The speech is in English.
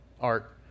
art